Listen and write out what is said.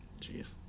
Jeez